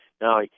Now